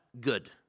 Good